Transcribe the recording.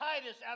Titus